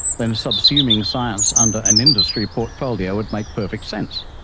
then subsuming science under an industry portfolio would make perfect sense.